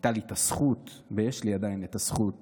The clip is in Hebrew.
הייתה לי הזכות ועדיין יש לי הזכות